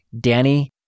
Danny